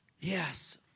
yes